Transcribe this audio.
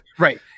right